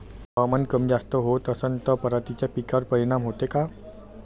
हवामान कमी जास्त होत असन त पराटीच्या पिकावर परिनाम होते का?